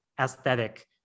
aesthetic